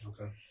Okay